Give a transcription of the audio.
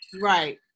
right